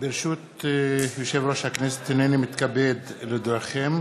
ומשפט לוועדת הכספים נתקבלה.